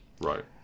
Right